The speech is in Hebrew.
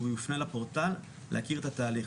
הוא יפנה לפורטל להכיר את התהליך.